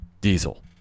Diesel